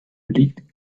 liegt